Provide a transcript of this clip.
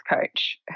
coach